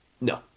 No